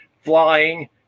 flying